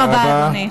תודה רבה, אדוני.